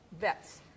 vets